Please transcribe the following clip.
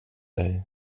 dig